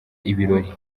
ibirori